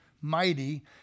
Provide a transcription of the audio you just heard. mighty